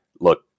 look